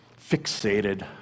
fixated